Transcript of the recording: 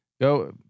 go